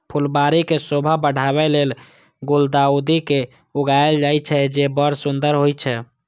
फुलबाड़ी के शोभा बढ़ाबै लेल गुलदाउदी के लगायल जाइ छै, जे बड़ सुंदर होइ छै